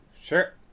Sure